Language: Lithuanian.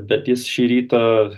bet jis šį rytą